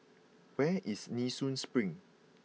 where is Nee Soon Spring